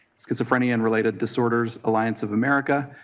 schizophrenia and related disorders alliance of america,